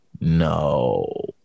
no